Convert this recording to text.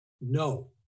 No